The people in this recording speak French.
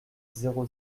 zéro